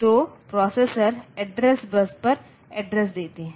तो processor address bus पर address देते हैं